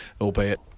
albeit –